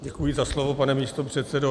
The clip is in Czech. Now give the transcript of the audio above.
Děkuji za slovo, pane místopředsedo.